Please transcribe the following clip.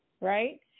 right